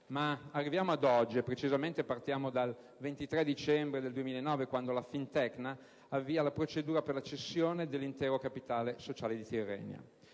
Ma arriviamo ad oggi, partendo precisamente dal 23 dicembre 2009, quando Fintecna Spa avvia la procedura per la cessione dell'intero capitale sociale di Tirrenia.